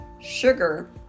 sugar